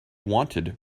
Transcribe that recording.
wanted